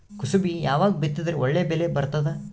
ಕುಸಬಿ ಯಾವಾಗ ಬಿತ್ತಿದರ ಒಳ್ಳೆ ಬೆಲೆ ಬರತದ?